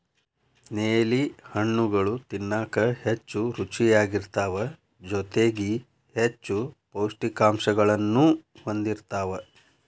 ನೇಲಿ ಹಣ್ಣುಗಳು ತಿನ್ನಾಕ ಹೆಚ್ಚು ರುಚಿಯಾಗಿರ್ತಾವ ಜೊತೆಗಿ ಹೆಚ್ಚು ಪೌಷ್ಠಿಕಾಂಶಗಳನ್ನೂ ಹೊಂದಿರ್ತಾವ